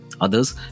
Others